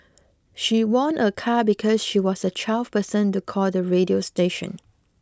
she won a car because she was the twelfth person to call the radio station